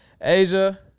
Asia